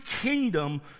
kingdom